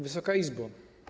Wysoka Izbo!